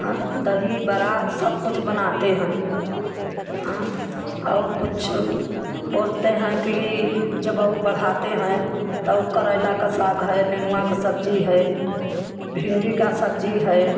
हाँ दही बड़ा सब कुछ बनाते हैं हाँ और कुछ बोलते हैं कि जब और बढ़ाते हैं तो और करेला का साग है नेनुआ का सब्जी है भिंडी का सब्जी है